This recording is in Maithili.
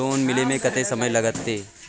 लोन मिले में कत्ते समय लागते?